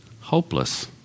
hopeless